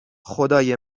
خدای